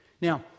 Now